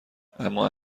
اما